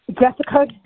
Jessica